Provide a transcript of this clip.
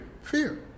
Fear